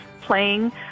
playing